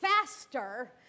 faster